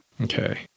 Okay